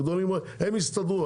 הגדולים יסתדרו,